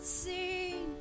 seen